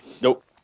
nope